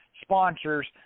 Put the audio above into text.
sponsors